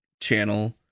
channel